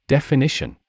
Definition